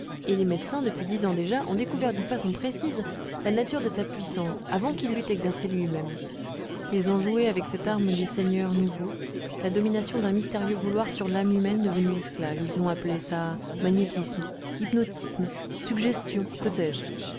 et les médecins depuis dix ans déjà ont découvert d'une façon précise la nature de sa puissance avant qu'il l'eut exercée lui-même ils ont joué avec cette arme du seigneur nouveau la domination d'un mystérieux vouloir sur l'âme humaine devenue esclave ils ont appelé cela magnétisme hypnotisme suggestion que sais-je